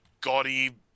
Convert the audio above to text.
gaudy